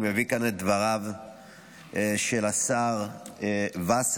אני מביא כאן את דבריו של השר וסרלאוף,